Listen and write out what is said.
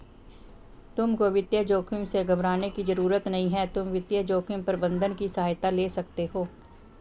तुमको वित्तीय जोखिम से घबराने की जरूरत नहीं है, तुम वित्तीय जोखिम प्रबंधन की सहायता ले सकते हो